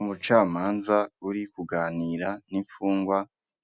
Umucamanza uri kuganira n'imfungwa